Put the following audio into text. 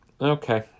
Okay